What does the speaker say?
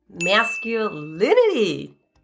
masculinity